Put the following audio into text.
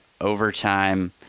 overtime